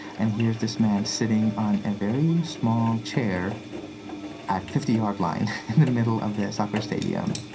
and here's this man sitting on a very small chair at fifty yard line in the middle of the soccer stadium.